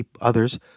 others